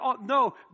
No